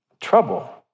trouble